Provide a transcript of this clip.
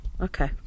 Okay